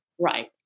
Right